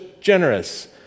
generous